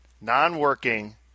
non-working